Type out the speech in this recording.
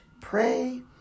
pray